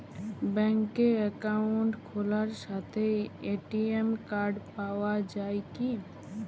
ব্যাঙ্কে অ্যাকাউন্ট খোলার সাথেই এ.টি.এম কার্ড পাওয়া যায় কি?